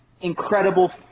incredible